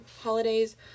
holidays